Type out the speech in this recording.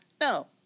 No